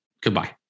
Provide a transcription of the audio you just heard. Goodbye